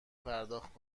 پرداخت